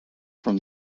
from